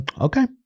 okay